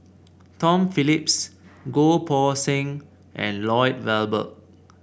Tom Phillips Goh Poh Seng and Lloyd Valberg